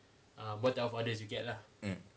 mm